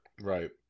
Right